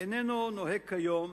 אינו נוהג כיום,